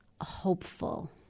hopeful